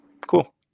Cool